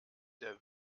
der